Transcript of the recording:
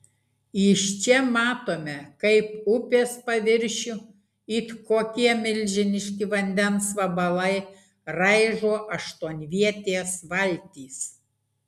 iš čia matome kaip upės paviršių it kokie milžiniški vandens vabalai raižo aštuonvietės valtys